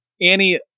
Annie